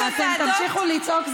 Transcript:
אתם תמשיכו לצעוק,